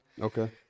Okay